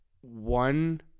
one